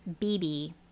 BB